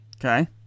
Okay